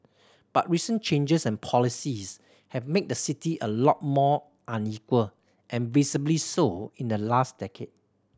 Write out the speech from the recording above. but recent changes and policies have made the city a lot more unequal and visibly so in the last decade